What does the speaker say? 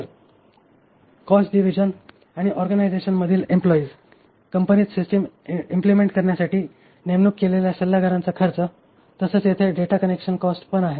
तर cost division आणि organisation मधील एम्प्लॉयीज कंपनीत सिस्टिम इम्प्लिमेंट करण्यासाठी नेमणूक केलेल्या सल्लागारांचा खर्च तसेच येथे डेटा कलेक्शन कॉस्ट पण आहे